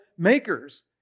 makers